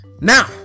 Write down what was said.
Now